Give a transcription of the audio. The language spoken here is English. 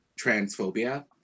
transphobia